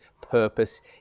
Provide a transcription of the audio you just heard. purpose